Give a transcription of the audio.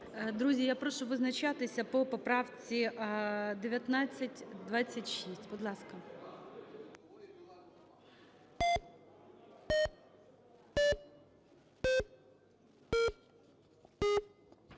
Колеги, я прошу визначатись по поправці 1937. Будь ласка,